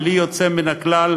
בלי יוצא מן הכלל,